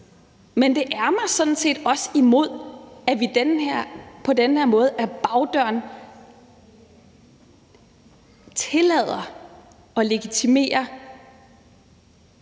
men det er mig sådan set også imod, at vi på den her måde ad bagdøren tillader og legitimerer